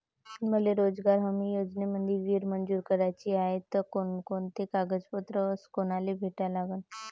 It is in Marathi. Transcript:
मले रोजगार हमी योजनेमंदी विहीर मंजूर कराची हाये त कोनकोनते कागदपत्र अस कोनाले भेटा लागन?